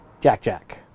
Jack-Jack